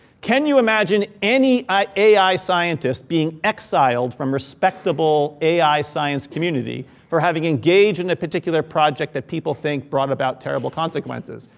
can you imagine any ai ai scientist being exiled from respectable ai science community for having engaged in a particular project that people think brought about terrible consequences?